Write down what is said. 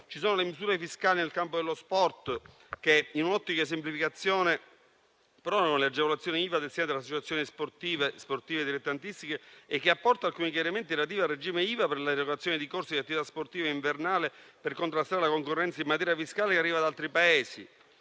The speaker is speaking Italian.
Ci sono misure fiscali nel campo dello sport che, in un'ottica di semplificazione, prorogano le agevolazioni IVA delle associazioni sportive dilettantistiche e che apportano alcuni chiarimenti relativi al regime IVA per l'erogazione di corsi e attività sportive invernali, per contrastare la concorrenza in materia fiscale che arriva da altri Paesi.